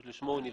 שלשמו הוא נבנה.